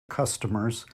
customers